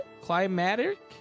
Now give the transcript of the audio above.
climatic